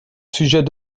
sujet